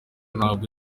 ntabwo